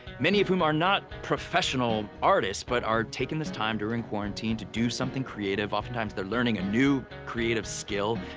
many of whom are not professional artists, but are taking this time during quarantine to do something creative. oftentimes, they're learning a new creative skill.